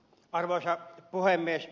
arvoisa puhemies